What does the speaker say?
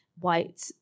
white